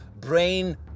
brain